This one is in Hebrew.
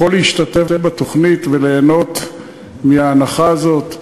יכול להשתתף בתוכנית וליהנות מההנחה הזאת.